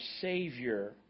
Savior